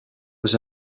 was